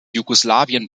jugoslawien